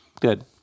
Good